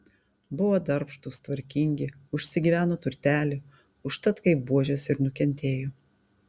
buvo darbštūs tvarkingi užsigyveno turtelį užtat kaip buožės ir nukentėjo